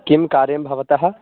किं कार्यं भवतः